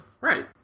Right